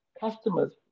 customers